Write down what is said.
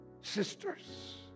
Sisters